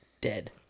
Dead